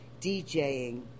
DJing